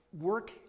work